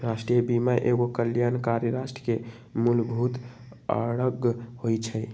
राष्ट्रीय बीमा एगो कल्याणकारी राष्ट्र के मूलभूत अङग होइ छइ